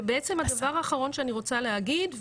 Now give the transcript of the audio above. ובעצם הדבר האחרון שאני רוצה להגיד,